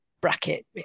bracket